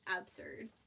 absurd